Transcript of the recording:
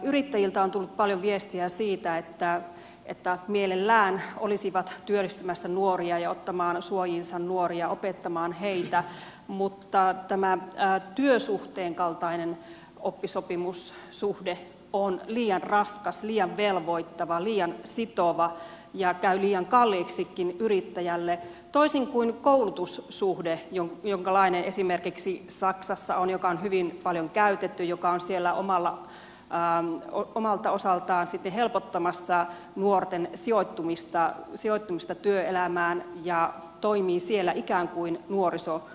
yrittäjiltä on tullut paljon viestiä siitä että mielellään olisivat työllistämässä nuoria ja ottamaan suojiinsa nuoria opettamaan heitä mutta tämä työsuhteen kaltainen oppisopimussuhde on liian raskas liian velvoittava liian sitova ja käy liian kalliiksikin yrittäjälle toisin kuin koulutussuhde jonkalainen esimerkiksi saksassa on joka on hyvin paljon käytetty joka on siellä omalta osaltaan helpottamassa nuorten sijoittumista työelämään ja toimii siellä ikään kuin nuorisotakuuna